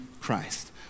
Christ